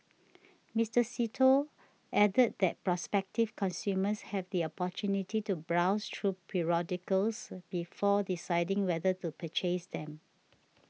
Mister See Tho added that prospective consumers have the opportunity to browse through periodicals before deciding whether to purchase them